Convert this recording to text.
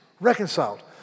reconciled